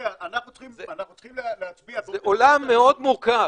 אנחנו צריכים להצביע --- זה עולם מאוד מורכב,